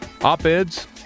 op-eds